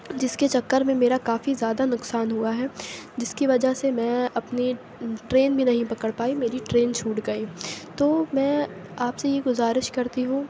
جس کے چکر میں میرا کافی زیادہ نقصان ہُوا ہے جس کی وجہ سے میں اپنی ٹرین بھی نہیں پکڑ پائی میری ٹرین چھوٹ گئی تو میں آپ سے یہ گُزارش کرتی ہوں